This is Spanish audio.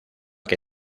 que